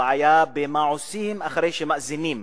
הבעיה היא מה עושים אחרי שמאזינים.